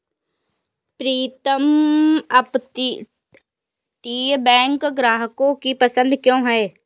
प्रीतम अपतटीय बैंक ग्राहकों की पसंद क्यों है?